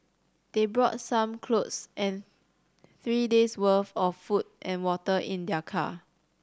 they brought some clothes and three days' worth of food and water in their car